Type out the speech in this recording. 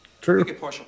True